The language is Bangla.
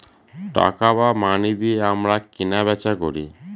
টাকা বা মানি দিয়ে আমরা কেনা বেচা করি